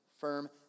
firm